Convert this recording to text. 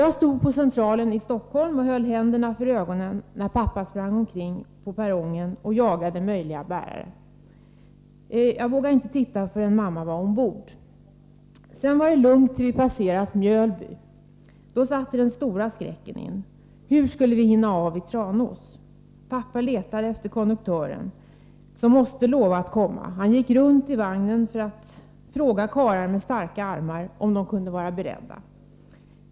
Jag stod på Centralen i Stockholm och höll händerna för ögonen när pappa sprang omkring på perrongen och jagade möjliga bärare. Jag vågade inte titta förrän mamma var ombord. Sedan var det lugnt tills vi hade passerat Mjölby —då satte den stora skräcken in. Hur skulle vi hinna av i Tranås? Pappa letade efter konduktören, som måste lova att komma. Han gick runt i vagnen för att fråga karlar med starka armar om de kunde vara beredda.